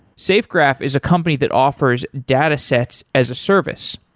safegraph is a company that offers datasets as a service.